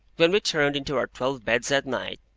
when we turned into our twelve beds at night,